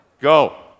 Go